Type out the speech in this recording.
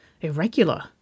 irregular